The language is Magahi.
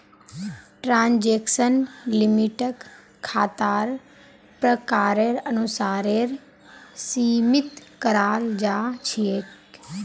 ट्रांजेक्शन लिमिटक खातार प्रकारेर अनुसारेर सीमित कराल जा छेक